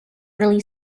early